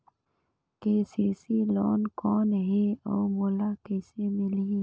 KCC loan कौन हे अउ मोला कइसे मिलही?